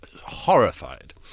horrified